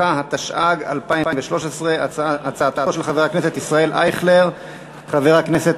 כהצעה לסדר-היום לוועדת העבודה, הרווחה והבריאות.